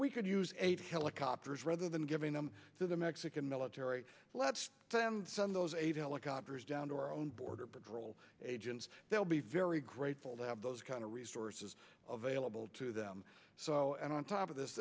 we could use eight helicopters rather than giving them to the mexican military let's send those eight helicopters down to our own border patrol agents they'll be very grateful to have those kind of resources available to them so and on top of this